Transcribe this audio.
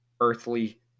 earthly